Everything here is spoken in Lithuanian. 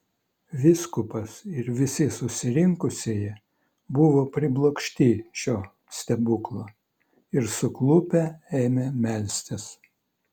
vyskupas ir visi susirinkusieji buvo priblokšti šio stebuklo ir suklupę ėmė melstis